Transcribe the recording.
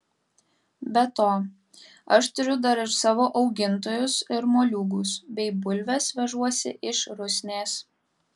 be to aš turiu dar ir savo augintojus ir moliūgus bei bulves vežuosi iš rusnės